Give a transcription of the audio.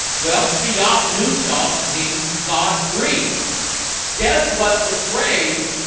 well theopneustos means god breathed guess what the phrase?